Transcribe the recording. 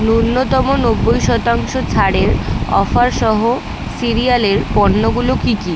ন্যূনতম নব্বই শতাংশ ছাড়ের অফারসহ সিরিয়ালের পণ্যগুলো কী কী